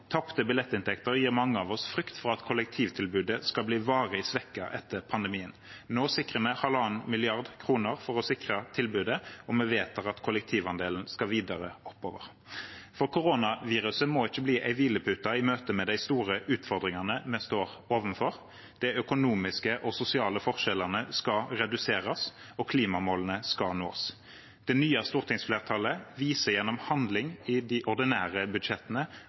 Tapte billettinntekter gir mange av oss frykt for at kollektivtilbudet skal bli varig svekket etter pandemien. Nå foreslår vi 1,5 mrd. kr for å sikre tilbudet, og vi vedtar at kollektivandelen skal videre oppover. Koronaviruset må ikke bli en hvilepute i møte med de store utfordringene vi står overfor. De økonomiske og sosiale forskjellene skal reduseres, og klimamålene skal nås. Det nye stortingsflertallet viser gjennom handling i de ordinære budsjettene